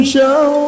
Show